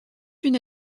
une